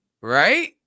Right